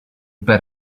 bet